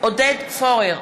עודד פורר,